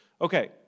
Okay